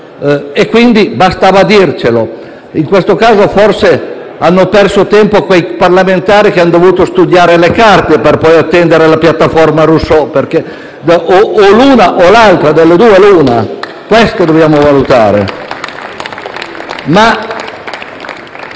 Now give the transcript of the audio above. Rousseau: bastava dircelo. In questo caso forse hanno perso tempo quei parlamentari che hanno dovuto studiare le carte per poi accedere alla piattaforma Rousseau. *(Applausi dal Gruppo FI-BP)*. O l'una o l'altra; delle due l'una. Questo dobbiamo valutare.